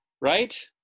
right